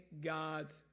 God's